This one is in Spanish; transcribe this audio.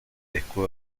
escudo